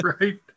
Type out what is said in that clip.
right